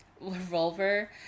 revolver